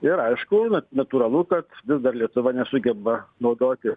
ir aišku na natūralu kad vis dar lietuva nesugeba naudoti